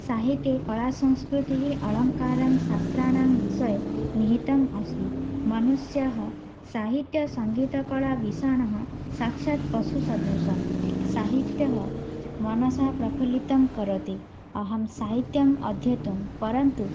साहित्ये कलासंस्कृतिः अलङ्कारशास्त्राणां विषये निहितम् अस्ति मनुष्यः साहित्यसङ्गीतकलाविषण्णः साक्षात् पशुसदृशः साहित्यं मानसं प्रफुल्लितं करोति अहं साहित्यम् अध्येतुं परन्तु